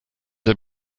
der